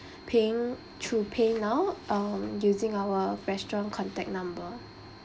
paying through pay now um using our restaurant contact number